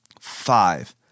Five